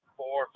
four